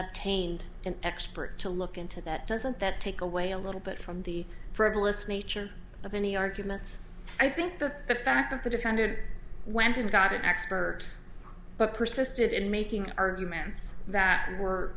taint an expert to look into that doesn't that take away a little bit from the frivolous nature of any arguments i think the fact that the defendant went and got an expert but persisted in making arguments that were